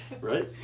Right